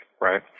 right